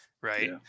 right